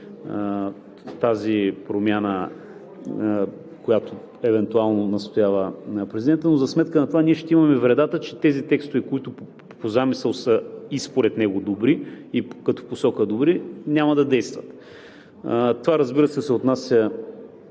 тази промяна, за която евентуално настоява президентът, но за сметка на това ние ще имаме вредата, че тези текстове, които по замисъл са и според него добри, и като посока добри, няма да действат. Това, разбира се, се отнася